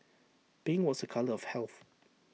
pink was A colour of health